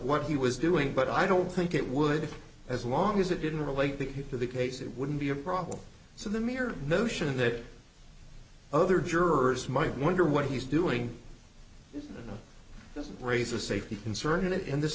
what he was doing but i don't think it would as long as it didn't relate the to the case it wouldn't be a problem so the mere notion that other jurors might wonder what he's doing doesn't raise a safety concern and in this